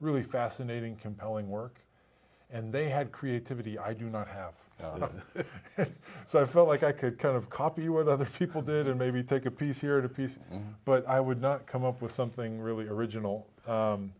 really fascinating compelling work and they had creativity i do not have enough so i felt like i could kind of copy you other people did and maybe take a piece here to pieces but i would not come up with something really original